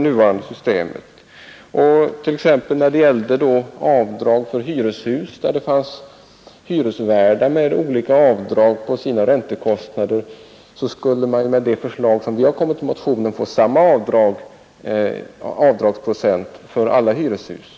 I stället för de olika avdrag som hyresvärdar nu kan göra för sina räntekostnader skulle det med vårt förslag bli samma avdragsprocent för alla hyreshus.